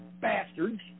bastards